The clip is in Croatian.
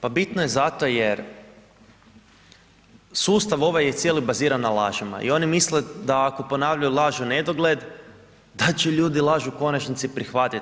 Pa bitno je zato jer sustav ovaj je cijeli baziran na lažima i oni misle da ako ponavljaju laž u nedogled da će ljudi laž u konačnici prihvatit.